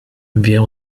wie